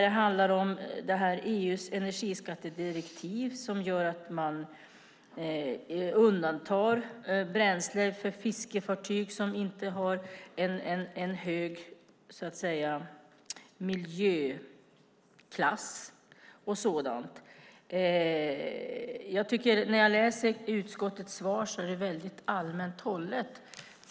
Det handlar om EU:s energiskattedirektiv som gör att man undantar bränsle för fiskefartyg som inte har en hög miljöklass och sådant. Jag tycker att utskottets svar är väldigt allmänt hållet.